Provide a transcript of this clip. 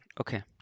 Okay